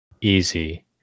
easy